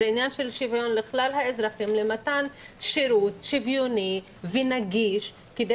זה עניין של שוויון לכלל האזרחים למתן שירות שוויוני ונגיש כדי